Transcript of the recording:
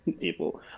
people